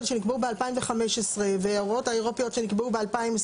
הוראות שנקבעו ב-2015 וההוראות האירופיות שנקבעו ב-2021,